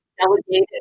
delegated